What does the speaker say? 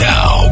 Now